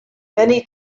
many